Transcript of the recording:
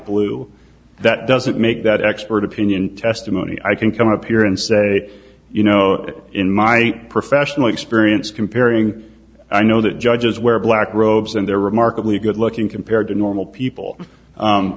blue that doesn't make that expert opinion testimony i can come up here and say you know in my professional experience comparing i know that judges wear black robes and they're remarkably good looking compared to normal people